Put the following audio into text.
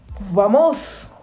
vamos